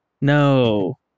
No